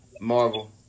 Marvel